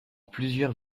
plusieurs